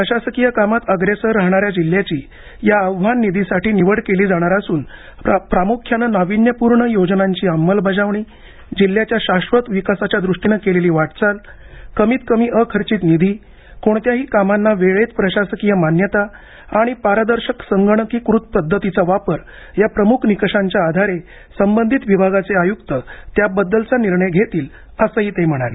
प्रशासकीय कामात अग्रेसर राहणाऱ्या जिल्ह्याची या आव्हान निधीसाठीनिवड केली जाणार असून प्रामुख्यानं नाविन्यपूर्ण योजनांची अंमलबजावणी जिल्ह्याच्या शाश्वत विकासाच्या दृष्टीनं केलेली वाटचाल कमीत कमी अखर्चित निधी कोणत्याही कामांना वेळेत प्रशासकीय मान्यता आणि पारदर्शक संगणकीकृत पद्धतीचा वापर या प्रमुख निकषांच्या आधारे संबंधित विभागाचे आयुक्त त्याबद्दलचा निर्णयघेतील असंही ते म्हणाले